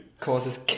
causes